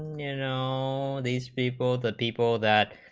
you know these people the people that,